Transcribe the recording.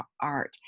art